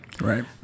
Right